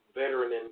veteran